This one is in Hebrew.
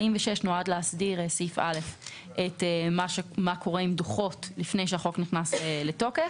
46 בסעיף (א) נועדה להסדיר מה קורה עם דוחות לפני שהחוק נכנס לתוקף,